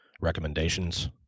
recommendations